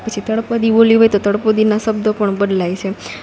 પછી તળપદી બોલી હોય તો તળપદીના શબ્દો પણ બદલાય છે